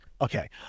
okay